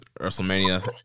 WrestleMania